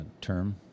term